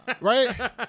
Right